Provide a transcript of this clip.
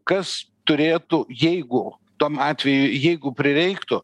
kas turėtų jeigu tom atvejui jeigu prireiktų